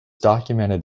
documented